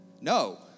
No